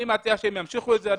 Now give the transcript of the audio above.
אני מציע שהם ימשיכו את זה.